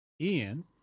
Ian